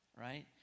right